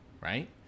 right